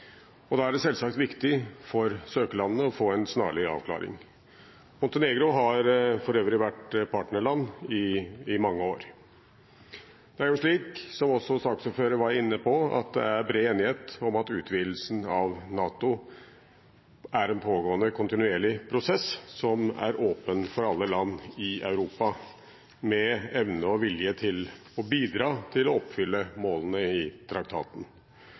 Da er det selvsagt viktig for søkerlandene å få en snarlig avklaring. Montenegro har for øvrig vært partnerland i mange år. Det er, som også saksordføreren var inne på, bred enighet om at utvidelsen av NATO er en pågående, kontinuerlig prosess som er åpen for alle land i Europa med evne og vilje til å bidra til å oppfylle målene i traktaten.